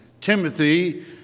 Timothy